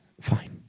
fine